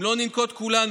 אם לא ננקוט כולנו,